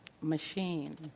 machine